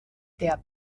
der